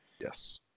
Yes